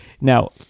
Now